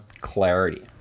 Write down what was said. clarity